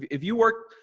if you work,